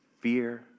fear